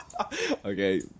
Okay